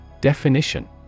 Definition